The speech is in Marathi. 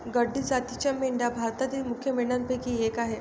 गड्डी जातीच्या मेंढ्या भारतातील मुख्य मेंढ्यांपैकी एक आह